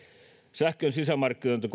sähkön sisämarkkinoita